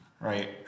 right